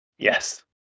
Yes